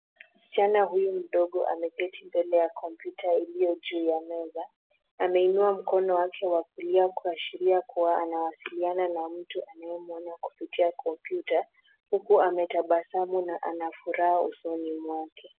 Msichana huyu mdogo ameketi mbele ya kompyuta iliyo juu ya meza. Ameinua mkono wake wa kulia kuashiria kuwa anawasiliana na mtu anayemwona kupitia kompyuta, huku ametabasamu na ana furaha usoni mwake.